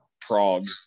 Prague